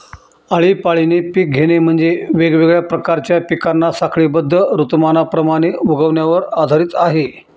आळीपाळीने पिक घेणे म्हणजे, वेगवेगळ्या प्रकारच्या पिकांना साखळीबद्ध ऋतुमानाप्रमाणे उगवण्यावर आधारित आहे